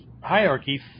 hierarchy